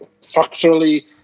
structurally